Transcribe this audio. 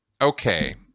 Okay